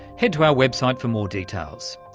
head to our website for more details.